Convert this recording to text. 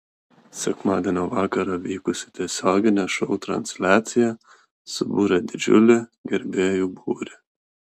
sekmadienio vakarą vykusi tiesioginė šou transliacija subūrė didžiulį gerbėjų būrį